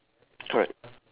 correct